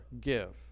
give